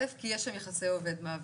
אלף כי יש יחסי עובד מעביד,